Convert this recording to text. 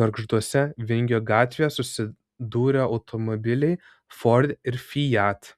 gargžduose vingio gatvėje susidūrė automobiliai ford ir fiat